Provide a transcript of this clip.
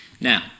Now